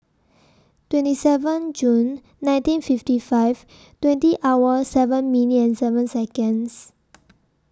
twenty seven June nineteen fifty five twenty hour seven minutes and seven Seconds